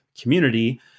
community